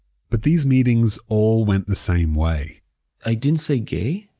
but these meetings all went the same way i didn't say gay.